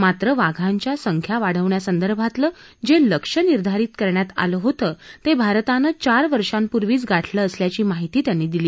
मात्र वाघांच्या संख्या वाढवण्यासंदर्भातलं जे लक्ष्य निर्धारित करण्यात आलं होतं ते भारतानं चार वर्षापूर्वीच गाठलं असल्याची माहिती त्यांनी दिली